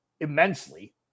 immensely